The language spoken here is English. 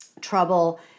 trouble